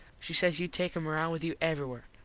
she says you take him around with you everywhere.